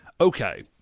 Okay